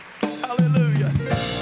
Hallelujah